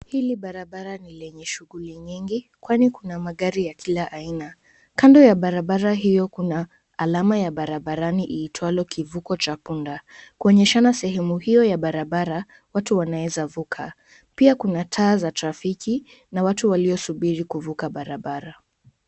Hili barabara ni lenye shunguli mingi kwani kuna magari ya kila aina. Kando ya barabara hiyo kuna alama ya barabarani itwayo kivuko cha punda kuonyeshana sehemu hiyo ya barabara watu wanweza vuka pia kuna taa za trafiki na watu waliosubiri kuvuka barabara.